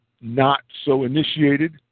not-so-initiated